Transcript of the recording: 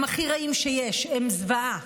הם הכי רעים שיש, הם זוועה.